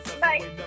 Bye